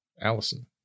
Allison